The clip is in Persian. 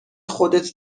خودت